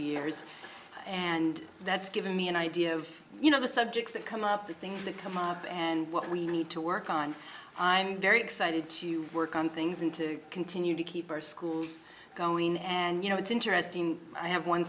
years and that's given me an idea of you know the subjects that come up the things that come up and what we need to work on i'm very excited to work on things and to continue to keep our schools going and you know it's interesting i have one